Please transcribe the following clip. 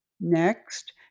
Next